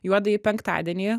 juodąjį penktadienį